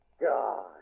God